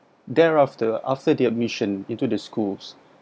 thereafter after the admission into the schools